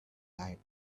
light